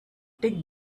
take